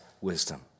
wisdom